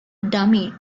dummy